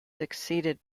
succeeded